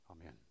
amen